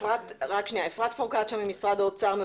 אפרת פרוקציה, משרד האוצר.